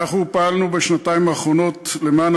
אנחנו פעלנו בשנתיים האחרונות למען